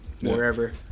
wherever